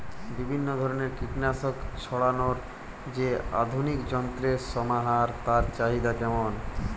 বিভিন্ন ধরনের কীটনাশক ছড়ানোর যে আধুনিক যন্ত্রের সমাহার তার চাহিদা কেমন?